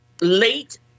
late